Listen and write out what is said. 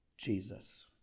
jesus